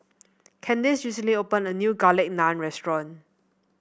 Kandace recently opened a new Garlic Naan Restaurant